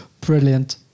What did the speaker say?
Brilliant